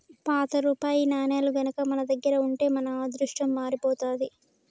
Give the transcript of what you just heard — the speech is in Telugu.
పాత రూపాయి నాణేలు గనక మన దగ్గర ఉంటే మన అదృష్టం మారిపోతాది